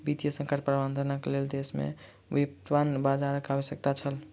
वित्तीय संकट प्रबंधनक लेल देश में व्युत्पन्न बजारक आवश्यकता छल